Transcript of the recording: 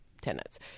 tenants